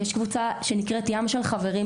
יש קבוצה שנקראת ים של חברים,